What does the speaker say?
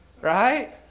Right